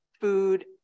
food